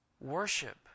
worship